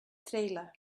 trailer